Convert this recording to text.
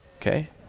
okay